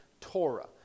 Torah